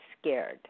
scared